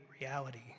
reality